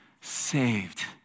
saved